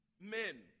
men